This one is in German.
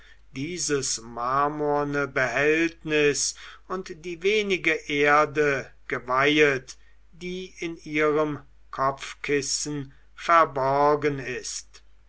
dieses marmorne behältnis und die wenige erde geweihet die in ihrem kopfkissen verborgen ist